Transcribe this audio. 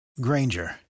Granger